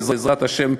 בעזרת השם,